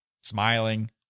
smiling